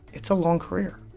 it's a long career.